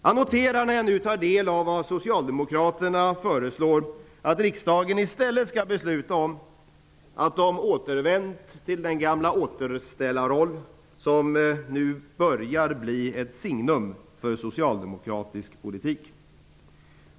Jag noterar, när jag nu tar del av vad socialdemokraterna föreslår att riksdagen i stället skall besluta om, att de har återvänt till den gamla återställarroll som nu börjar bli ett signum för socialdemokratisk politik.